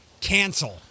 Cancel